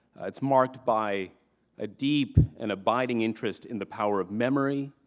it's marked by a deep and abiding interest in the power of memory,